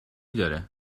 داره